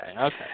okay